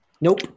Nope